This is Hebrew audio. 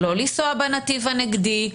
לא לנסוע בנתיב הנגדי,